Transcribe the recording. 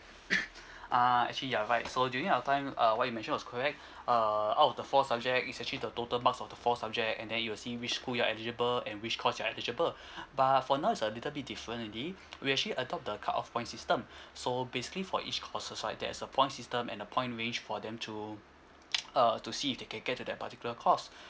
uh actually you are right so during our time uh what you mentioned was correct uh out of the four subject it's actually the total marks of the four subject and then you will see which school you're eligible and which course you're eligible but for now it's a little bit different already we actually adopt the cut off point system so basically for each courses right there is a point system and a point range for them to uh to see if they can get to that particular course